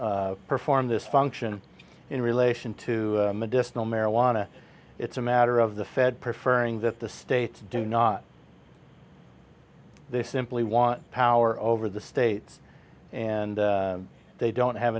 o perform this function in relation to medicinal marijuana it's a matter of the fed preferring that the states do not simply want power over the states and they don't have